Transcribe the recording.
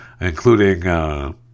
including